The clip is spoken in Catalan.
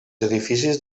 edificis